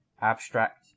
abstract